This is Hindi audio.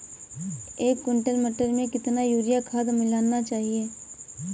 एक कुंटल मटर में कितना यूरिया खाद मिलाना चाहिए?